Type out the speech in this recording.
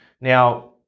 Now